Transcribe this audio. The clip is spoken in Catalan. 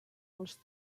els